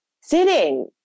sitting